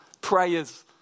prayers